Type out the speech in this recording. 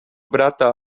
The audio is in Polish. brata